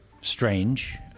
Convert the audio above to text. strange